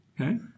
okay